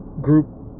group